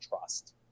trust